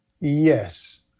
yes